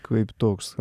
kaip toks